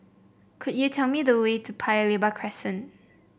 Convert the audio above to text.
could you tell me the way to Paya Lebar Crescent